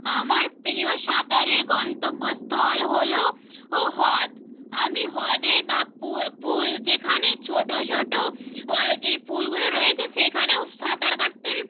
আমার প্রিয় সাঁতারের গন্তব্যস্থল হলো ও হ্রদ আমি হ্রদে বা পুল যেখানে ছোট ছোট ও যেই পুলগুলো রয়েছে সেখানেও সাঁতার কাটতে আমি